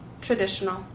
Traditional